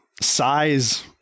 size